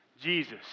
Jesus